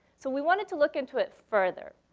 so we wanted to look into it further.